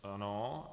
Ano.